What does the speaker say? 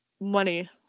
money